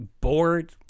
bored